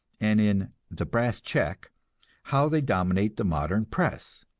and in the brass check how they dominate the modern press.